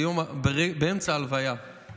באמצע ההלוויה גם